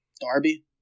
Darby